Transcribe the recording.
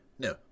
No